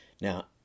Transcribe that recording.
Now